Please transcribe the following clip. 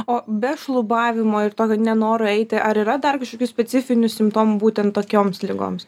o be šlubavimo ir tokio nenoro eiti ar yra dar kažkokių specifinių simptomų būtent tokioms ligoms